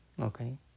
Okay